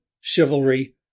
chivalry